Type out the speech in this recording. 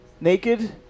naked